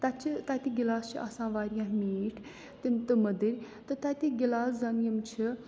تَتہِ چھِ تَتِکۍ گِلاس چھِ آسان واریاہ میٖٹھۍ تِم تہٕ مٔدٕرۍ تہٕ تَتِکۍ گِلاس زَن یِم چھِ